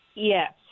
Yes